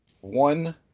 one